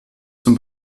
zum